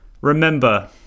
remember